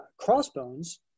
crossbones